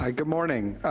like good morning,